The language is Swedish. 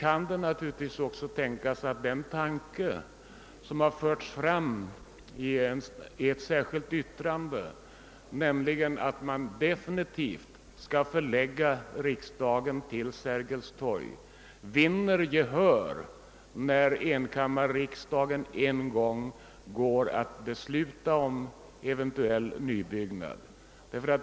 Sedan är det naturligtvis också möjligt att den tanke som har förts fram i ett särskilt yttrande, nämligen att man bör definitivt förlägga riksdagen till Sergels torg, vinner gehör när enkammarriksdagen en gång går att besluta om eventuell nybyggnad.